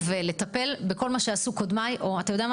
לבוא ולטפל בכל מה שעשו קודמיי, או אתה יודע?